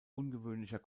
ungewöhnlicher